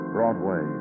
Broadway